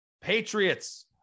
Patriots